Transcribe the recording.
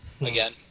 again